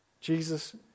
Jesus